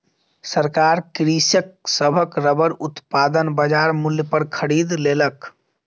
सरकार कृषक सभक रबड़ उत्पादन बजार मूल्य पर खरीद लेलक